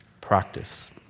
practice